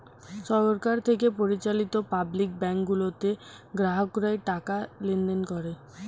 সরকার থেকে পরিচালিত public bank গুলোতে গ্রাহকরা টাকা লেনদেন করে